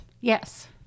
Yes